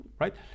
right